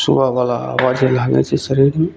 सुबहवला हवा जे लागै छै शरीरमे